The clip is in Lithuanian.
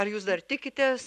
ar jūs dar tikitės